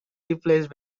replaced